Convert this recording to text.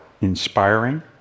inspiring